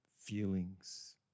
feelings